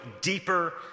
deeper